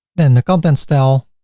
then the contents style,